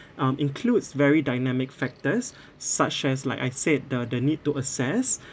um includes very dynamic factors such as like I said the the need to assess